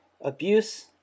abuse